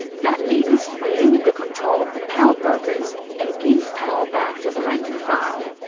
that means limit the control of the powerbrokers, and give power back to the rank and file.